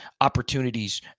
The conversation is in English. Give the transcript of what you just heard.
opportunities